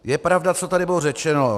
Je pravda, co tady bylo řečeno.